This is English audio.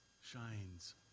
shines